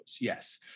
yes